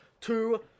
two